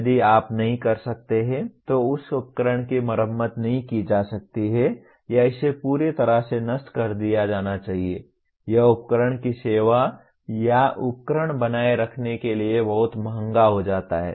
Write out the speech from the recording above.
यदि आप नहीं कर सकते हैं तो उस उपकरण की मरम्मत नहीं की जा सकती है या इसे पूरी तरह से नष्ट कर दिया जाना चाहिए यह उपकरण की सेवा या उपकरण बनाए रखने के लिए बहुत महंगा हो जाता है